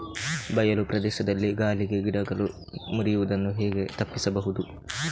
ಬಯಲು ಪ್ರದೇಶದಲ್ಲಿ ಗಾಳಿಗೆ ಗಿಡಗಳು ಮುರಿಯುದನ್ನು ಹೇಗೆ ತಪ್ಪಿಸಬಹುದು?